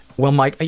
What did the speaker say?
well, mike,